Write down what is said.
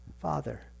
Father